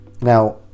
Now